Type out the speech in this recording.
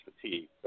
fatigue